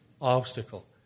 obstacle